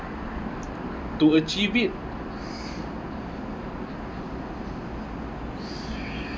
to achieve it